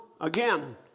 again